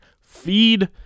feed